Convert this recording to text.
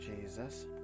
Jesus